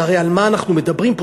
והרי על מה אנחנו מדברים פה?